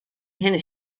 hinne